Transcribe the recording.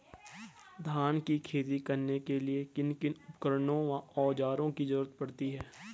धान की खेती करने के लिए किन किन उपकरणों व औज़ारों की जरूरत पड़ती है?